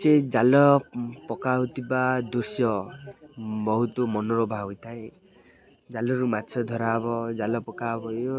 ସେ ଜାଲ ପକା ହଉଥିବା ଦୃଶ୍ୟ ବହୁତ ମନୋଲୋଭା ହୋଇଥାଏ ଜାଲରୁ ମାଛ ଧରାହବ ଜାଲ ପକା ହବ